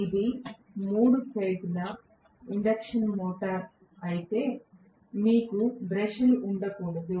ఇది మూడు దశల ప్రేరణ మోటారు అయితే మీకు బ్రష్లు ఉండకూడదు